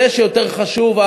זה שיותר חשוב,